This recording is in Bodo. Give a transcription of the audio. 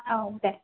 औ दे